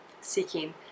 seeking